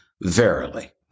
Verily